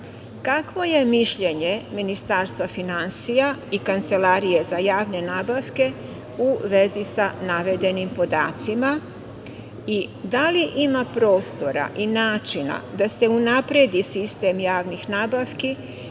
kakvo je mišljenje Ministarstva finansija i Kancelarije za javne nabavke u vezi sa navedenim podacima i da li ima prostora i načina da se unapredi sistem javnih nabavki